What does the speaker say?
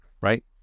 right